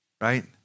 Right